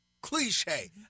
cliche